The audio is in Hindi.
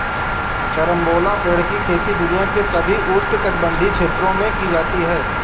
कैरम्बोला पेड़ की खेती दुनिया के सभी उष्णकटिबंधीय क्षेत्रों में की जाती है